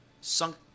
sunk